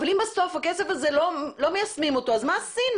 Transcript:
אבל אם בסוף אתם לא מיישמים את הכסף הזה אז מה עשינו?